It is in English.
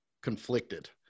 conflicted